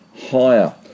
higher